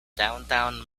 downtown